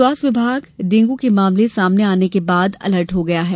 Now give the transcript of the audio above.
स्वास्थ्य विभाग डेंगू के मामले सामने आने पर अलर्ट हो गया है